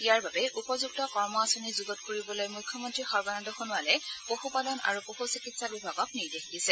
ইয়াৰ বাবে উপযুক্ত কৰ্ম আঁচনি যুগুত কৰিবলৈ মুখ্যমন্ত্ৰী সৰ্বানন্দ সোণোৱালে পশুপালন আৰু পশু চিকিৎসা বিভাগক নিৰ্দেশ দিছে